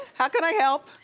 how can i help?